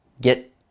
Get